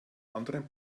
anderen